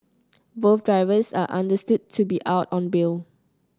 both drivers are understood to be out on bail